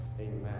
Amen